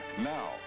now